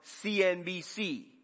CNBC